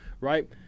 right